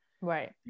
Right